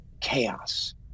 chaos